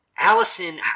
Allison